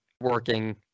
working